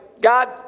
God